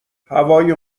هوای